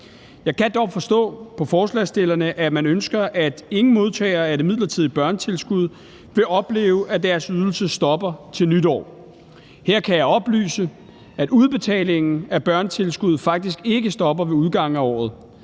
Jeg kan dog forstå på forslagsstillerne, at man ønsker, at ingen modtagere af det midlertidige børnetilskud vil opleve, at deres ydelse stopper til nytår. Her kan jeg oplyse, at udbetalingen af børnetilskud faktisk ikke stopper ved udgangen af året: